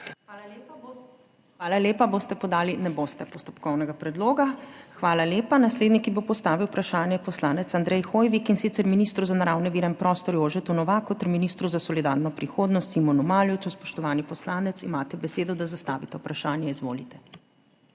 Hvala lepa. Boste podali postopkovni predlog? Ne boste. Hvala lepa. Naslednji, ki bo postavil vprašanje, je poslanec Andrej Hoivik, in sicer ministru za naravne vire in prostor Jožetu Novaku ter ministru za solidarno prihodnost Simonu Maljevcu. Spoštovani poslanec, imate besedo, da zastavite vprašanje. Izvolite.